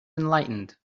enlightened